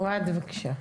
אוהד, בבקשה.